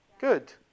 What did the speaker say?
Good